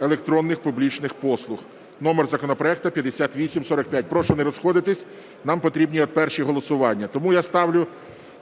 (електронних публічних) послуг (номер законопроекту 5845). Прошу не розходитись, нам потрібні перші голосування. Тому я